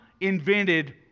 invented